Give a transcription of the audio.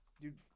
Dude